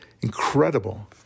incredible